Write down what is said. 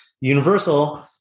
Universal